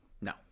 No